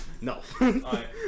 No